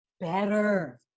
better